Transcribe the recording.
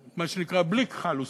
מה שנקרא בלי כחל ושרק.